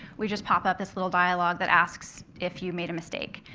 we just pop up this little dialog that asks if you've made a mistake.